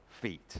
feet